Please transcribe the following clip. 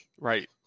Right